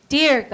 Dear